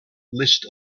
list